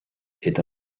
est